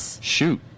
Shoot